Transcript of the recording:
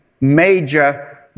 major